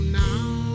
now